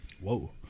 Whoa